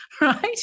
right